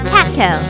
CatCo